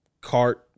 cart